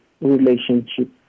relationship